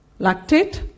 lactate